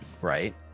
right